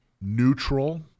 neutral